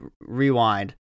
rewind